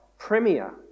Premier